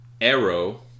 arrow